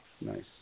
Nice